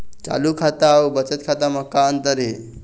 चालू खाता अउ बचत खाता म का अंतर हे?